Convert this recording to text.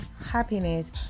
happiness